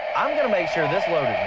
i'm gonna make sure this load